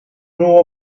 know